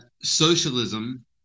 socialism